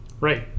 Right